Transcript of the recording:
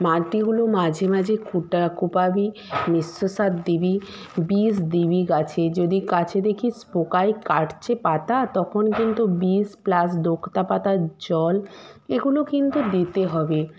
মাটিগুলো মাঝে মাঝে খুঁটা কোপাবি মিশ্র সার দিবি বিষ দিবি গাছে যদি গাছে দেখিস পোকায় কাটছে পাতা তখন কিন্তু বিষ প্লাস দোক্তা পাতার জল এগুলো কিন্তু দিতে হবে